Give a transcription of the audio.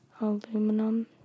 aluminum